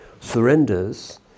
surrenders